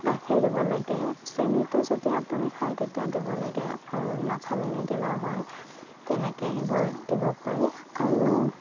গাখীৰ দিব লাগে চেনীটো যদি আপুনি খায় তেতিয়া দিব লাগে আৰু নাখালে নিদিলেও হয় তেনেকে সেইবোৰ দিব পাৰি আৰু